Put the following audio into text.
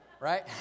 right